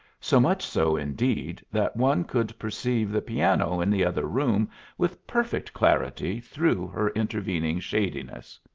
so much so indeed that one could perceive the piano in the other room with perfect clarity through her intervening shadiness.